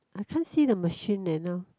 I can't see the machine eh now